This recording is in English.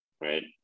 right